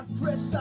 press